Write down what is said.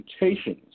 mutations